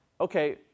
okay